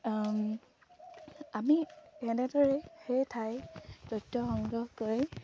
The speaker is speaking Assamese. আমি এনেদৰেই সেই ঠাইৰ তথ্য সংগ্ৰহ কৰি